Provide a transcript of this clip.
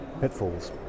pitfalls